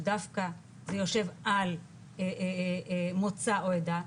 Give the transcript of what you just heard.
דווקא זה יושב על מוצא או עדה,